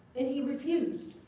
and he refused.